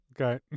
Okay